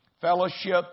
Fellowship